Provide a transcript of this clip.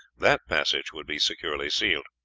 that passage would be securely sealed.